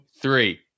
three